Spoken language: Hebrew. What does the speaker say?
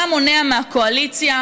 מה מונע מהקואליציה,